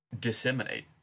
disseminate